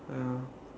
ah ya